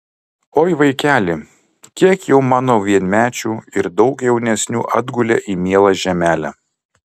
oi vaikeli kiek jau mano vienmečių ir daug jaunesnių atgulė į mielą žemelę